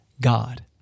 God